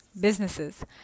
businesses